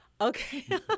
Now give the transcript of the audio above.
Okay